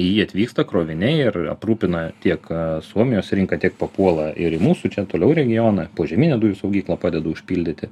į jį atvyksta kroviniai ir aprūpina tiek suomijos rinką tiek papuola ir į mūsų čia toliau regioną požeminę dujų saugyklą padeda užpildyti